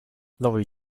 lorry